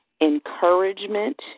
encouragement